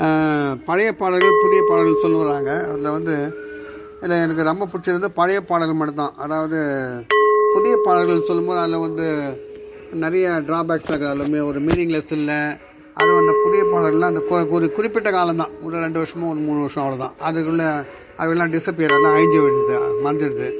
பழைய பாடல்கள் புதிய பாடல்கள்னு சொல்லுவோம் நாங்கள் அதில் வந்து இதில் எனக்கு ரொம்ப பிடிச்சது வந்து பழைய பாடல்கள் மட்டும்தான் அதாவது புதிய பாடல்கள் சொல்லும்போது அதில் வந்து நிறைய ட்ராபேக்ஸ்லாம் ஒரு மீனிங்னெஸ் இல்லை அதுவும் அந்த புதிய பாடல்களெலாம் அந்த கொ ஒரு குறிப்பிட்ட காலம் தான் ஒரு ரெண்டு வருஷமோ ஒரு மூணு வருஷம் அவ்வளோதான் அதுக்குள்ளே அதெலாம் டிஸ்ஸப்பியர் எல்லாம் அழிஞ்சு போயிடும் தான் மறைஞ்சிடுது